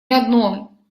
одно